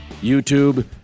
YouTube